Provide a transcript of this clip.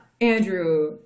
Andrew